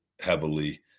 heavily